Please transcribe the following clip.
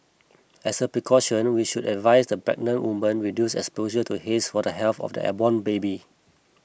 as a precaution we would advise that pregnant women reduce exposure to haze for the health of their unborn baby